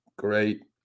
Great